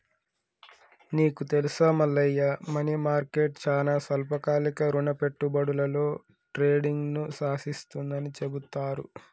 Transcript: నీకు తెలుసా Mallayya money market చానా స్వల్పకాలిక రుణ పెట్టుబడులలో ట్రేడింగ్ను శాసిస్తుందని చెబుతారు